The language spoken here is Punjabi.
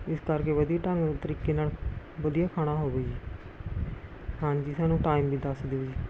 ਇਸ ਕਰਕੇ ਵਧੀਆ ਢੰਗ ਨਾਲ਼ ਤਰੀਕੇ ਨਾਲ਼ ਵਧੀਆ ਖਾਣਾ ਹੋਵੇ ਜੀ ਹਾਂਜੀ ਸਾਨੂੰ ਟਾਈਮ ਵੀ ਦੱਸ ਦਿਓ ਜੀ